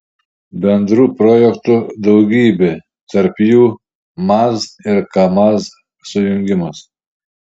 bendrų projektų daugybė tarp jų maz ir kamaz sujungimas